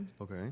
Okay